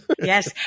Yes